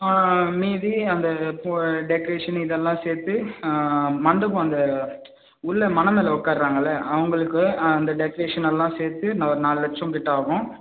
மீதி அந்த டெக்ரேஷன் இதெல்லாம் சேர்த்து மண்டபம் அந்த உள்ள மணை மேல் உட்காருறாங்கள்ல அவங்களுக்கு அந்த டெக்ரேஷன் எல்லாம் சேர்த்து நா ஒரு நாலு லட்சம் கிட்டே ஆகும்